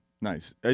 nice